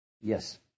yes